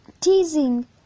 teasing